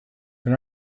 when